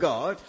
God